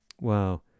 Wow